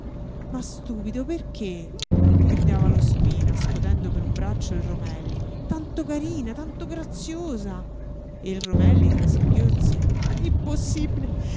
ma stupido perché gridava lo spina scotendo per un braccio il romelli tanto carina tanto graziosa e il romelli tra i singhiozzi impossibile